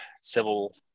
civil